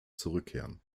zurückkehren